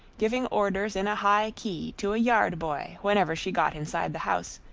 giving orders in a high key to a yard-boy whenever she got inside the house,